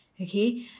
Okay